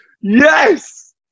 Yes